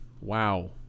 Wow